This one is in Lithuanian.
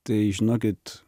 tai žinokit